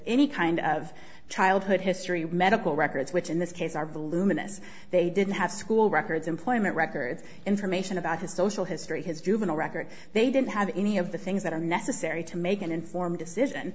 any kind of childhood history or medical records which in this case are voluminous they didn't have school records employment records information about his social history his juvenile record they didn't have any of the things that are necessary to make an informed decision